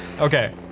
Okay